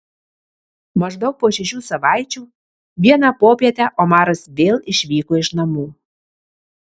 maždaug po šešių savaičių vieną popietę omaras vėl išvyko iš namų